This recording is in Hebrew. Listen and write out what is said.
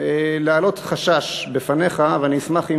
להעלות חשש בפניך, ואשמח אם